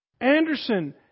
Anderson